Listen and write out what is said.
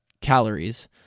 calories